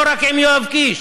לא רק עם יואב קיש.